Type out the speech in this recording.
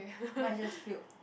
mine is just filled